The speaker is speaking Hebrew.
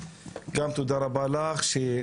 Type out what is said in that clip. בבקשה.